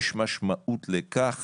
יש משמעות לכך